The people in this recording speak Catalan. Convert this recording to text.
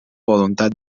voluntat